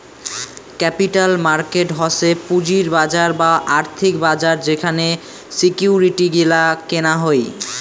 capital market হসে পুঁজির বাজার বা আর্থিক বাজার যেখানে সিকিউরিটি গিলা কেনা হই